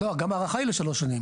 לא, גם ההארכה היא לשלוש שנים.